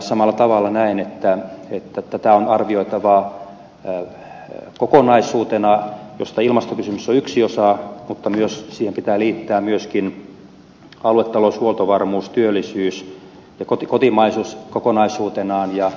samalla tavalla näen että tätä on arvioitava kokonaisuutena josta ilmastokysymys on yksi osa mutta siihen pitää liittää myöskin aluetalous huoltovarmuus työllisyys ja kotimaisuus kokonaisuutenaan